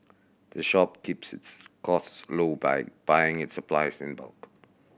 the shop keeps its costs low by buying its supplies in bulk